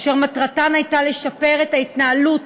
אשר מטרתן הייתה לשפר את ההתנהלות